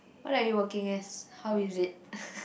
what are you working as how is it